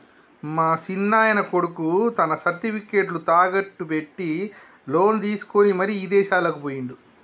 మా సిన్నాయన కొడుకు తన సర్టిఫికేట్లు తాకట్టు పెట్టి లోను తీసుకొని మరి ఇదేశాలకు పోయిండు